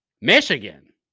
Michigan